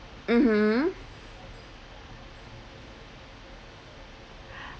mmhmm